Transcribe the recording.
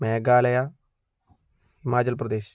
Meghalaya Himachal Pradesh